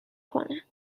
کنن